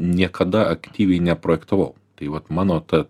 niekada aktyviai neprojektavau tai vat mano ta